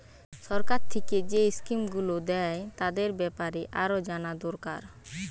সরকার থিকে যেই স্কিম গুলো দ্যায় তাদের বেপারে আরো জানা দোরকার